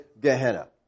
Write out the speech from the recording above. Gehenna